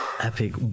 Epic